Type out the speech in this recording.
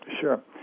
sure